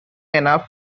enough